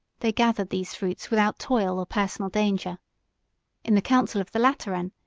they gathered these fruits without toil or personal danger in the council of the lateran,